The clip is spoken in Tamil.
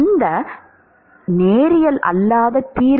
எந்த நேரியல் அல்லாத தீர்வு